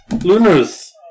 Lunars